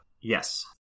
Yes